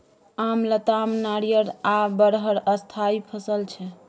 आम, लताम, नारियर आ बरहर स्थायी फसल छै